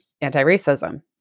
anti-racism